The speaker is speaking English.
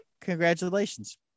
Congratulations